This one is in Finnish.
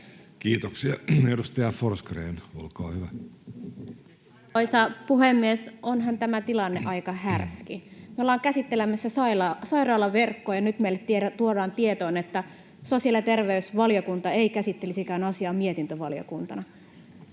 laeiksi Time: 14:47 Content: Arvoisa puhemies! Onhan tämä tilanne aika härski. Me ollaan käsittelemässä sairaalaverkkoa, ja nyt meille tuodaan tietoon, että sosiaali- ja terveysvaliokunta ei käsittelisikään asiaa mietintövaliokuntana.